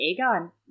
Aegon